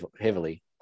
heavily